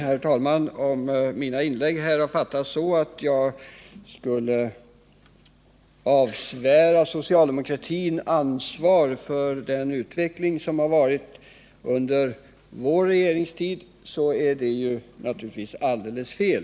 Herr talman! Om mina inlägg uppfattats som att jag skulle avsvära socialdemokratin allt ansvar för den utveckling som varit under vår regeringstid är det naturligtvis alldeles fel.